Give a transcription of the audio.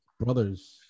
brothers